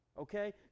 Okay